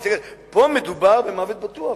פה מדובר במוות בטוח,